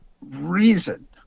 reason